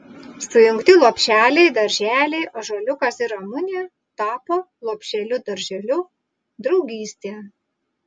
sujungti lopšeliai darželiai ąžuoliukas ir ramunė tapo lopšeliu darželiu draugystė